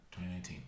2019